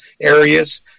areas